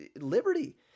liberty